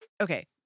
Okay